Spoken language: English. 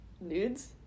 nudes